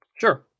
Sure